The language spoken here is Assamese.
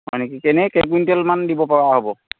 হয় নেকি এনেই কেই কুইণ্টেলমান দিব পৰা হ'ব